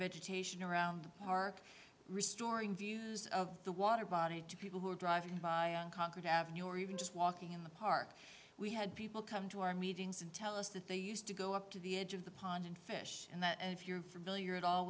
vegetation around the park restoring views of the water body to people who are driving by on concrete avenue or even just walking in the park we had people come to our meetings and tell us that they used to go up to the edge of the pond and fish and that and if you're familiar at all